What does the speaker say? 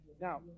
Now